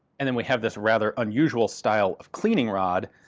and then we have this rather unusual style of cleaning rod,